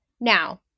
Now